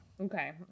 okay